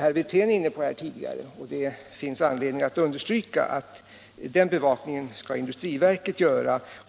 herr Wirtén var tidigare inne på denna fråga. Det finns anledning att understryka att industriverket skall sköta denna bevakning.